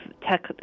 tech